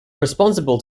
responsible